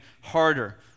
harder